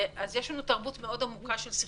אז יש לנו תרבות מאוד עמוקה של סכסוך,